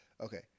Okay